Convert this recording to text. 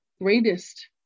greatest